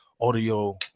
audio